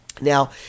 Now